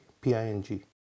P-I-N-G